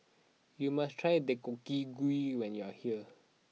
you must try Deodeok Gui when you are here